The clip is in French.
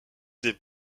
des